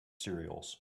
cereals